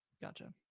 Gotcha